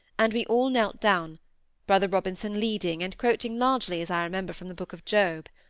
and we all knelt down brother robinson leading, and quoting largely as i remember from the book of job.